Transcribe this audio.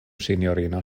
sinjorino